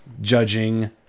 Judging